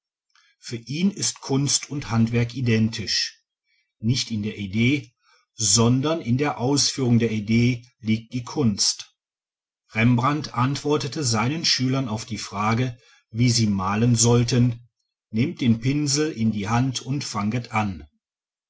für ihn ist kunst und handwerk identisch nicht in der idee sondern in der ausführung der idee liegt die kunst rembrandt antwortete seinen schülern auf die frage wie sie malen sollten nehmt den pinsel in die hand und fanget an